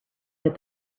that